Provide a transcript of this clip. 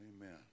Amen